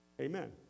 Amen